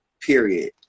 period